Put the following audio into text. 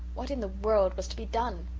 what in the world was to be done?